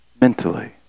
mentally